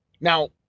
Now